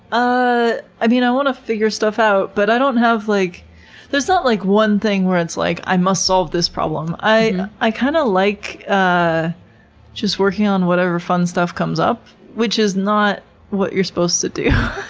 ah i mean, i want to figure stuff out, but i don't have, like there's not like one thing where it's like i must solve this problem. i i kind of like ah just working on whatever fun stuff comes up, which is not what you're supposed to do.